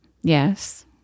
Yes